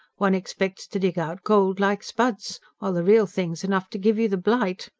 one expects to dig out gold like spuds while the real thing's enough to give you the blight.